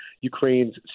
ukraine's